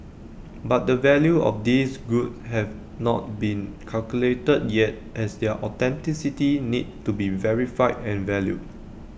but the value of these goods have not been calculated yet as their authenticity need to be verified and valued